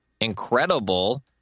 incredible